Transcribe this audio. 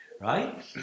Right